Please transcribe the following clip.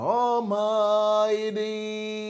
Almighty